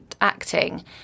acting